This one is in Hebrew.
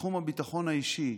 בתחום הביטחון האישי.